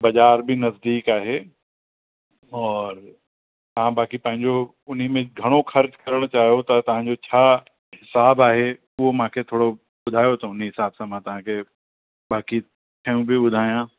बाज़ारि बि नजदीक आहे और तव्हां बाक़ी पंहिंजो उनमें घणो ख़र्चु करण चायो था तव्हांजो छा हिसाब आहे उहो मूंखे ॿुधायो त मां उन हिसाब सां तव्हांखे बाक़ी शयूं बि ॿुधायां